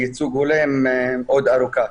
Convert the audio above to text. לייצוג הולם עוד ארוכה.